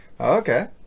Okay